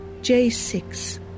J6